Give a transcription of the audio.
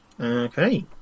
Okay